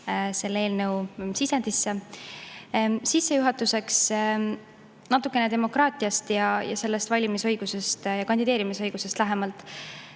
selle eelnõu kohta sisendit. Sissejuhatuseks natukene demokraatiast, valimisõigusest ja kandideerimisõigusest lähemalt.